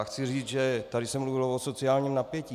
Chci říct, že tady se mluvilo o sociálním napětí.